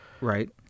Right